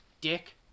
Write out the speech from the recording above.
dick